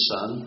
Son